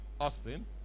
Austin